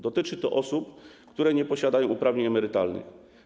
Dotyczy to osób, które nie posiadają uprawnień emerytalnych.